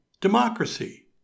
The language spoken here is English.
democracy